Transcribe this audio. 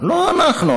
לא אנחנו,